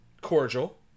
Cordial